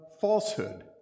falsehood